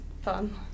fun